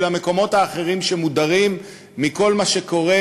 המקומות האחרים שמודרים מכל מה שקורה,